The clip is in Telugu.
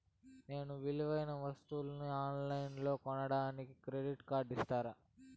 నేను విలువైన వస్తువులను ఆన్ లైన్లో కొనడానికి క్రెడిట్ కార్డు ఇస్తారా?